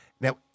Now